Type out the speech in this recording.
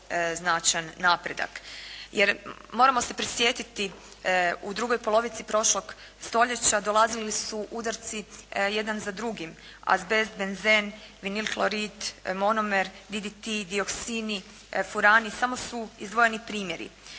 značajan napredak. Jer moramo se prisjetiti u drugoj polovici prošlog stoljeća dolazili su udarci jedan za drugim azbest, benzen, vinil klorid, monomer, DDT, dioksini, furani samo su izdvojeni primjeri.